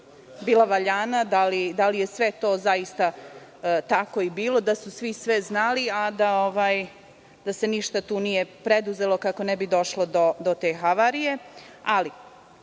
bila valjana, da li je sve to tako bilo, da su svi sve znali, a da se ništa nije preduzelo kako ne bi došlo do te havarije. Član